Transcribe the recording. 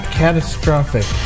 catastrophic